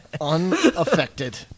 Unaffected